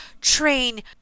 train